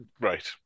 right